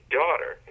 daughter